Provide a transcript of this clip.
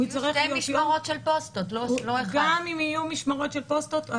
גם אם יהיו משמרות של פוסטות,